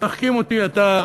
תחכים אותי אתה,